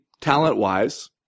talent-wise